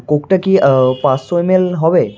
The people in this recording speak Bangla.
কোকটা কি পাঁচশো এমএল হবে